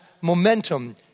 momentum